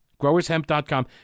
GrowersHemp.com